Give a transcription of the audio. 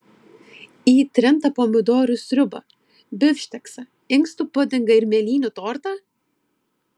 į trintą pomidorų sriubą bifšteksą inkstų pudingą ir mėlynių tortą